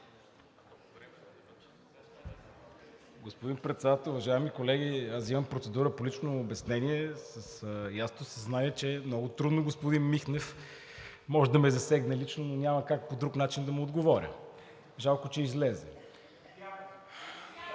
Господин Председател, уважаеми колеги! Взимам процедура за лично обяснение с ясното съзнание, че много трудно господин Михнев може да ме засегне лично, но няма как по друг начин да му отговоря. Жалко, че излезе.